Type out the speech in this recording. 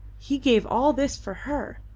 he gave all this for her!